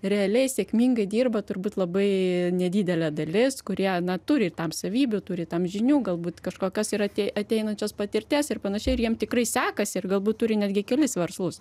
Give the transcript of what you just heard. realiai sėkmingai dirba turbūt labai nedidelė dalis kurie ns turi tam savybių turi tam žinių galbūt kažkokios yra tie ateinančios patirties ir panašiai ir jiem tikrai sekasi ir galbūt turi netgi kelis verslus